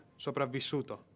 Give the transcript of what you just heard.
sopravvissuto